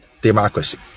democracy